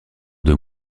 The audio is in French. deux